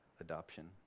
adoption